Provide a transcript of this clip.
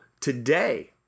today